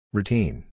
Routine